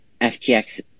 FTX